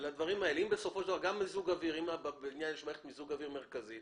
אם בבניין יש מערכת מיזוג אוויר מרכזית,